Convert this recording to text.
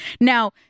now